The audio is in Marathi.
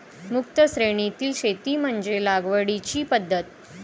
मुक्त श्रेणीतील शेती म्हणजे लागवडीची पद्धत